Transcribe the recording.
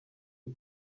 the